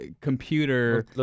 computer